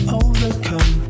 overcome